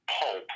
pulp